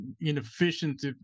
inefficient